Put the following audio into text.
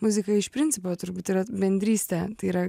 muzika iš principo turbūt yra bendrystė tai yra